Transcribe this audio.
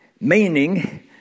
Meaning